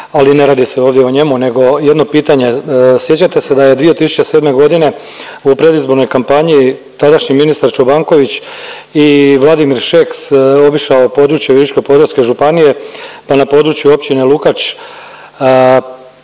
ali ne radi se ovdje o njemu nego jedno pitanje, sjećate se da je 2007. godine u predizbornoj kampanji tadašnji ministar Čobanković i Vladimir Šeks obišao područje Virovitičko-podravske županije pa na području općine Lukač